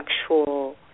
actual